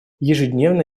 ежедневно